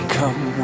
come